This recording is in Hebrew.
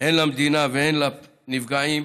הן למדינה והן לנפגעים,